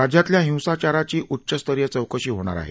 राज्यातल्या हिसाचाराची उच्च स्तरीय चौकशी होणार आहे